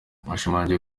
yashimangiye